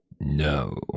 No